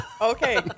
Okay